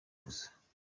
gusa